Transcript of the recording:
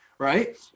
right